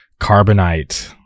Carbonite